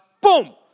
boom